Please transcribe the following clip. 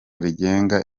rigenga